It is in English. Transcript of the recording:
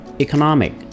Economic